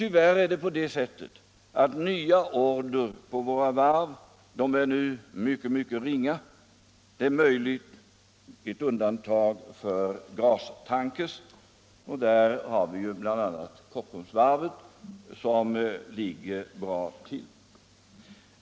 Tyvärr är också situationen den att nya order på våra varv nu är mycket, mycket ringa, möjligen med undantag för gastankers. Där har vi bl.a. Kockums varv, som ligger bra till.